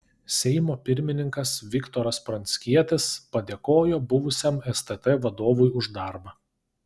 seimo pirmininkas viktoras pranckietis padėkojo buvusiam stt vadovui už darbą